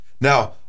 Now